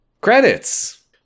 Credits